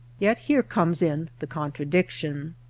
yet here comes in the contradiction.